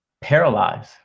paralyze